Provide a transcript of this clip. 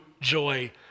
joy